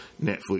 Netflix